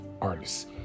artists